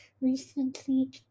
recently